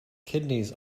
kidneys